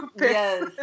Yes